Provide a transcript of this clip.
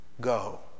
go